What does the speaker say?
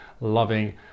loving